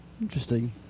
Interesting